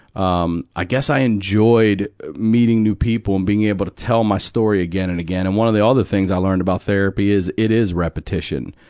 um, i guess i enjoyed meeting new people and being able to tell my story again and again. and one of the other things i learned about therapy is it is repetition.